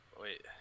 Wait